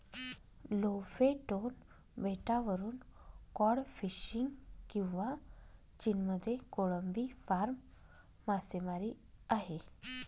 Lofoten बेटावरून cod fishing किंवा चीनमध्ये कोळंबी फार्म मासेमारी आहे